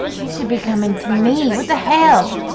they should be coming to me, what the hell?